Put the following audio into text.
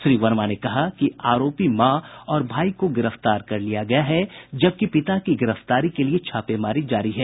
श्री वर्मा ने कहा कि आरोपी मां और भाई को गिरफ्तार कर लिया गया है जबकि पिता की गिरफ्तारी के लिए छापेमारी जारी है